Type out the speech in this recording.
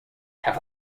have